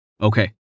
Okay